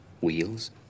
wheels